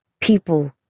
people